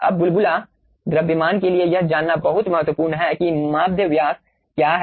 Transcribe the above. अब बुलबुला द्रव्यमान के लिए यह जानना बहुत महत्वपूर्ण है कि माध्य व्यास क्या है